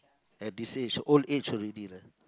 at this age old age already lah